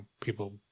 people